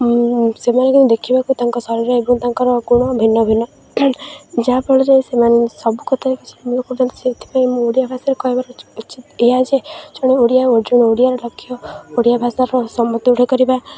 ସେମାନେ କିନ୍ତୁ ଦେଖିବାକୁ ତାଙ୍କ ଶରୀର ଏବଂ ତାଙ୍କର ଗୁଣ ଭିନ୍ନ ଭିନ୍ନ ଯାହାଫଳରେ ସେମାନେ ସବୁ କଥାରେ କରନ୍ତି ସେଇଥିପାଇଁ ମୁଁ ଓଡ଼ିଆ ଭାଷାରେ କହିବାର ଏହା ଯେ ଜଣେ ଓଡ଼ିଆ ଓ ଜଣେ ଓଡ଼ିଆର ଲକ୍ଷ୍ୟ ଓଡ଼ିଆ ଭାଷାର କରିବା